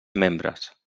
membres